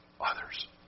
others